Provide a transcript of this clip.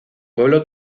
pueblo